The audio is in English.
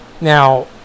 now